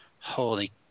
Holy